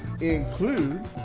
include